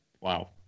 Wow